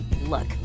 Look